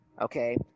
okay